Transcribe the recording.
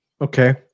Okay